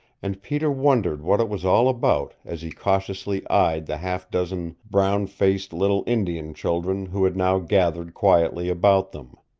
and peter wondered what it was all about as he cautiously eyed the half dozen brown-faced little indian children who had now gathered quietly about them.